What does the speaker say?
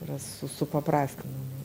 yra su supaprastinama